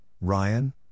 Ryan